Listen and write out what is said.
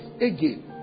again